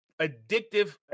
addictive